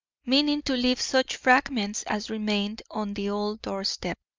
meaning to leave such fragments as remained on the old doorstep,